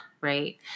Right